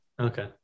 okay